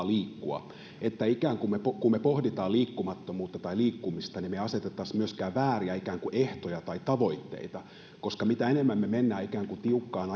liikkua ja kun me pohdimme liikkumattomuutta tai liikkumista niin me emme asettaisi myöskään vääriä ehtoja tai tavoitteita koska mitä enemmän me menemme tiukkaan